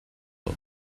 for